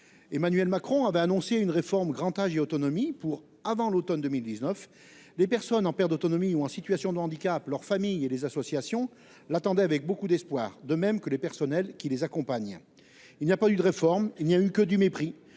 Emmanuel Macron avait annoncé une réforme Grand Âge et autonomie pour avant l'automne 2019. Des personnes en perte d'autonomie ou en situation de handicap, leurs familles et les associations l'attendaient avec beaucoup d'espoir, de même que les personnels qui les accompagnent. Il n'y a pas eu de réforme ; il n'y a eu que du mépris,